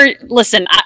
Listen